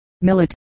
Millet